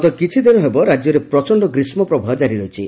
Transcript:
ଗତ କିଛିଦିନ ହେବ ରାଜ୍ୟରେ ପ୍ରଚଣ୍ଡ ଗ୍ରୀଷ୍କ ପ୍ରବାହ ଜାରି ରହିଛି